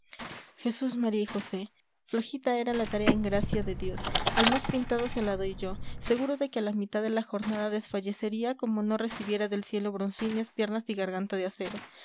jesús maría y josé flojita era la tarea en gracia de dios al más pintado se la doy yo seguro de que a la mitad de la jornada desfallecería como no recibiera del cielo broncíneas piernas y garganta de acero